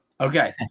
Okay